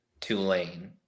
Tulane